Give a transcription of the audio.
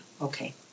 Okay